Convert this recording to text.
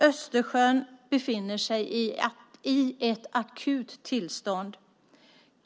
Östersjön befinner sig i ett akut tillstånd.